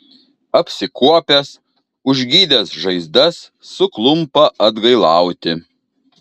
apsikuopęs užgydęs žaizdas suklumpa atgailauti